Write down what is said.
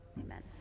Amen